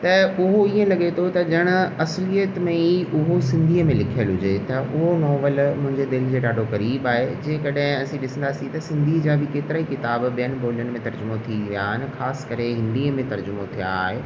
त पोइ इअं लॻे थो त ॼण असुलियत में ई हू सिंधीअ में लिखियुल हुजे त उहो नॉवेल मुंहिंजे दिलि खे ॾाढो क़रीबु आहे जे कॾहिं असीं ॾिसंदासीं त सिंधी जा बि केतिरा ई किताब ॿियनि ॿोलियुनि में तर्जुमो थी विया आहिनि ख़ासि करे हिंदीअ में तर्जुमो थियो आहे